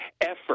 effort